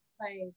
Right